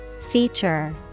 Feature